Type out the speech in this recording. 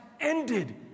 ended